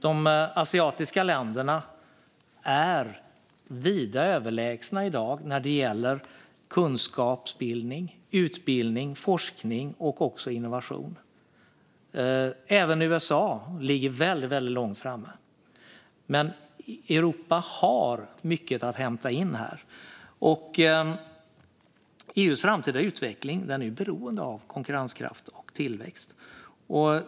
De asiatiska länderna är vida överlägsna i dag när det gäller kunskapsbildning, utbildning, forskning och innovation. Även USA ligger väldigt långt framme. Europa har mycket att hämta in. EU:s framtida utveckling är beroende av konkurrenskraft och tillväxt.